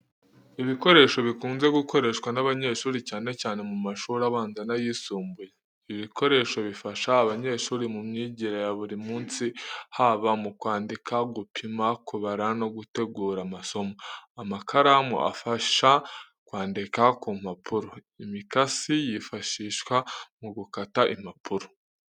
Ibikoresho bikunze gukoreshwa n’abanyeshuri, cyane cyane mu mashuri abanza n'ayisumbuye. Ibi bikoresho bifasha abanyeshuri mu myigire ya buri munsi, haba mu kwandika, gupima, kubara no gutegura amasomo. Amakaramu afasha kwandika ku mpapuro, imikasi yifashishwa mu gukata impapuro.